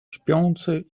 śpiący